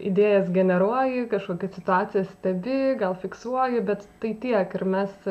idėjas generuoji kažkokias situacijas stebi gal fiksuoji bet tai tiek ir mes